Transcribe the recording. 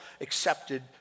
accepted